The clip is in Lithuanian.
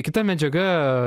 kita medžiaga